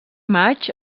maig